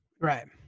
Right